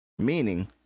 meaning